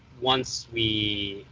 once we.